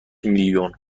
میلیون